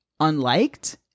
unliked